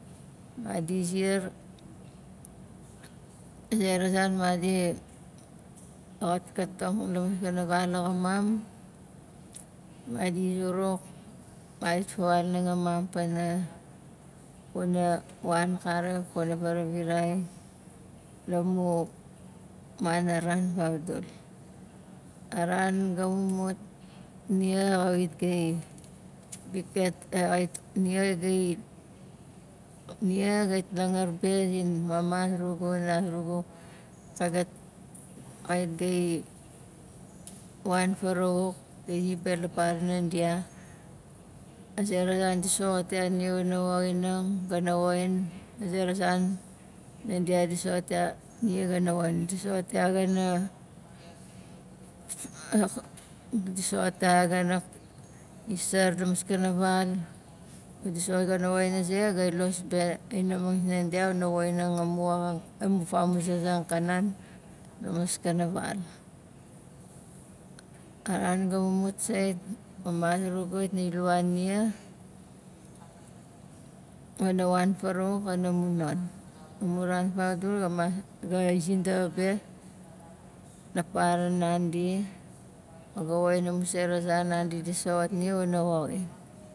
Madi ziar a zera zan madi xatkatong la maskana val axamam madi zuruk madit fawaul nanga mam pana wana wan karik wana varavirai la mu mana ran faudul a ran ga mumut nia xawik gai biket xawik nia gai- nia gai langar zin mama zurugu o nana zurugu ka gat kait gai wan farauwak gai zi be la para nandia a zera zan di soxot ya nia ga ha woxinang ga ha woxin a zera zan nandia di soxot ya nia ga ha woxin di soxot ya ga na- di soxot ya ga na isar la maskana val o di soxot ya ga ha woxin a ze gai los be a inaxaming sinandia wana woxinang amu woxang amu famuzazang akanan la maskana val a ran ga mumut sait mama zurugu xait nai lua nia wana wan farauwak wana mun non amu ran fakdul ga mas gai zindaxa be la para nandi o ga woxin amu zera zan nandi di soxot nia wana woxin